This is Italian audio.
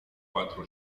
quattro